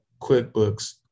QuickBooks